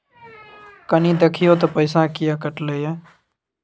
कनी देखियौ त पैसा किये कटले इ?